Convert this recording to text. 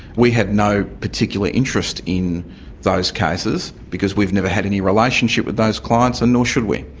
we have no particular interest in those cases, because we've never had any relationship with those clients and nor should we.